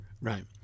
right